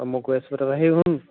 মই গৈ আছোঁ বাৰু তাৰ পৰা হেৰি শুন